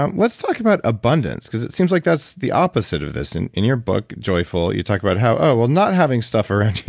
um let's talk about abundance. because it seems like that's the opposite of this in in your book, joyful, you talk about how oh, well not having stuff around